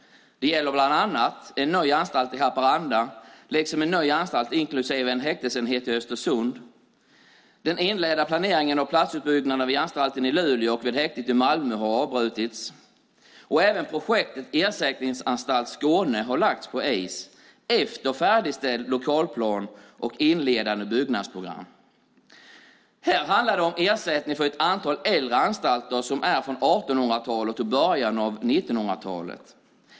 Det gäller bland annat en ny anstalt i Haparanda liksom en ny anstalt och en häktesenhet i Östersund. Den inledda planeringen av platsutbyggnaden vid anstalten i Luleå och vid häktet i Malmö har avbrutits. Även projektet Ersättningsanstalt Skåne har lagts på is efter färdigställd lokalplan och inledande byggnadsprogram. Här handlar det om ersättning för ett antal äldre anstalter som är från 1800-talet och början av 1900-talet.